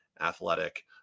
Athletic